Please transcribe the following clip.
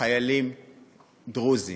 לחיילים דרוזים.